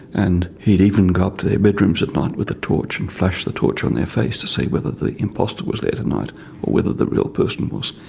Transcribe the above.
and he'd even go up to their bedrooms at night with a torch and flash the torch on their faces to see whether the imposter was there tonight or whether the real person was.